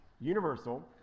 universal